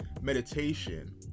meditation